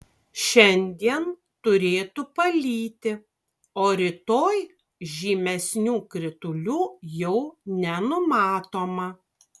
šiandien turėtų palyti o rytoj žymesnių kritulių jau nenumatoma